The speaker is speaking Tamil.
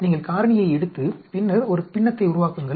நீங்கள் காரணியை எடுத்து பின்னர் ஒரு பின்னத்தை உருவாக்குங்கள்